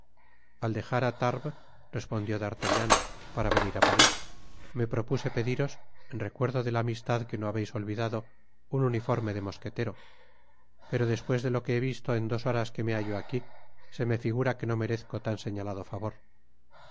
al dejar á tarbes respondió d artagnan para venir á parís me propuse pediros en recuerdo de la amistad que no habeis olvidado un uniforme de mosquetero pero despues de lo que he visto en dos horas que me hallo aquí se me figura que no merezco tan señalado favor